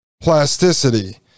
plasticity